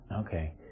Okay